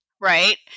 Right